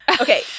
Okay